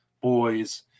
boys